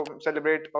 celebrate